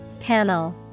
Panel